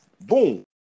Boom